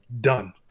done